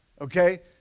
Okay